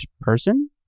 person